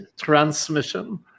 transmission